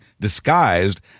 disguised